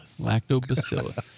Lactobacillus